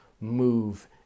move